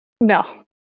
No